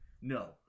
No